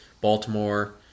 Baltimore